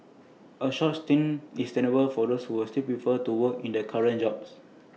A short stint is tenable for those who still prefer to work in their current jobs